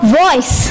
voice